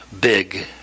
big